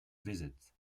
visits